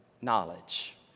knowledge